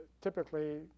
typically